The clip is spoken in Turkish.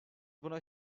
buna